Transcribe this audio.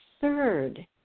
third